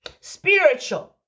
Spiritual